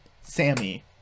Sammy